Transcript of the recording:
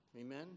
Amen